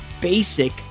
basic